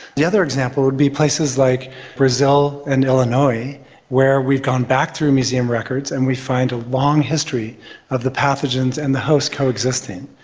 the other example would be places like brazil and illinois where we've gone back through museum records and we find a long history of the pathogens and the host coexisting.